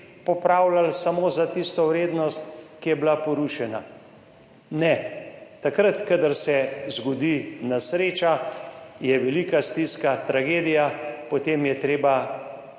popravljali samo za tisto vrednost, ki je bila porušena. Ne, takrat, kadar se zgodi nesreča, je velika stiska, tragedija, potem je treba